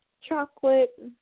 chocolate